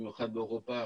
במיוחד באירופה,